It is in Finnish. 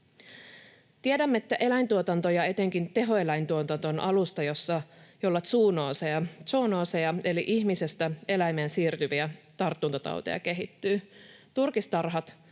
Tiedämme, että eläintuotanto ja etenkin tehoeläintuotanto on alusta, jossa zoonooseja eli ihmisestä eläimeen siirtyviä tartuntatauteja kehittyy. Turkistarhat